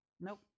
nope